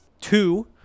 two